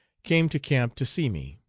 came to camp to see me.